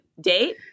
date